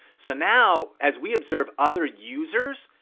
so now as we observe other users,